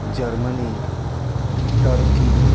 Germany turkey